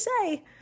say